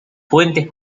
fuentes